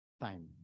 time